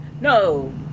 no